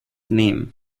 name